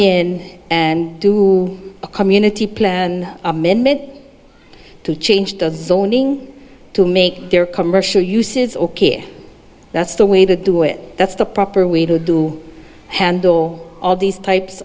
in and do a community plan i'm in mid to change the zoning to make their commercial uses ok that's the way they do it that's the proper way to do handle all these types